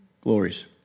glories